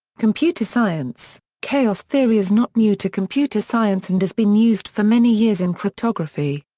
computer science chaos theory is not new to computer science and has been used for many years in cryptography.